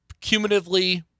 cumulatively